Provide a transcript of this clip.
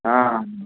हाँ हाँ